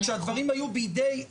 כשהדברים היו בידי האגף,